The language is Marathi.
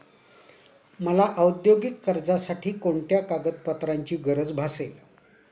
मला औद्योगिक कर्जासाठी कोणत्या कागदपत्रांची गरज भासेल?